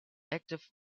active